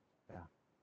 ya